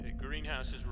Greenhouses